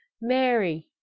Mary